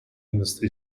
industry